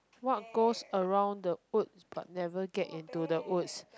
what goes around the wood but never get into the woods